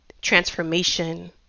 transformation